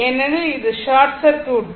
ஏனெனில் இது ஒரு ஷார்ட் சர்க்யூட்